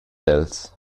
els